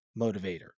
motivator